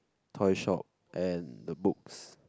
toy shop and the books